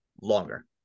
longer